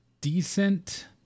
decent